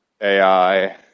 AI